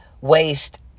waste